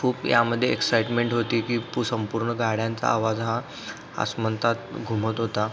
खूप यामध्ये एक्साइटमेंट होती की पू संपूर्ण गाड्यांचा आवाज हा आसमंतात घुमत होता